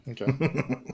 okay